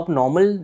normal